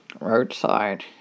roadside